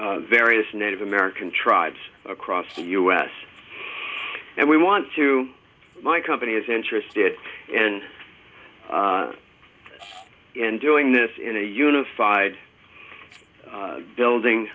the various native american tribes across the u s and we want to my company is interested and in doing this in a unified building